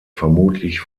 vermutlich